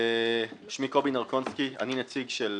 שמי קובי נרקונסקי, אני נציג של